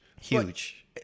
huge